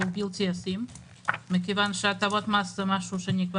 הוא בלתי ישים מכיוון שהטבות מס הן דבר שנקבע